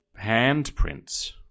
handprints